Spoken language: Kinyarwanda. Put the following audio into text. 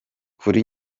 kuri